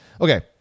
okay